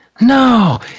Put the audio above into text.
No